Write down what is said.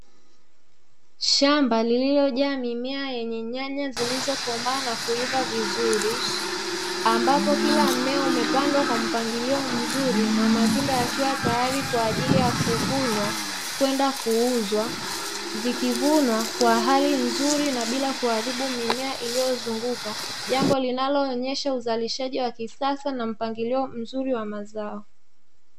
Shamba lililojaa mimea yenye nyanya zilizokomaa na kuiva vizuri, ambapo kila mmea umepandwa kwa mpangilio mzuri na matunda yakiwa tayari kwa ajili ya kuvunwa kwenda kuuzwa. Zikivunwa kwa hali nzuri na bila kuharibu mimea iliyozunguka jambo linaloonyesha uzalishaji wa kisasa na mpangilio mzuri wa mazao.